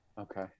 Okay